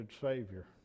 Savior